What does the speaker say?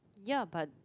ya but